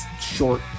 short